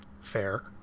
fair